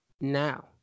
now